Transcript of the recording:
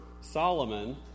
Solomon